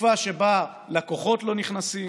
בתקופה שבה לקוחות לא נכנסים,